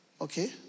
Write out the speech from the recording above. okay